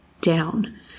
down